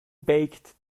baked